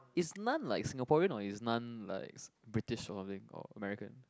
is non like Singaporean or is non likes British or something or American